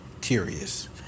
curious